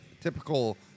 typical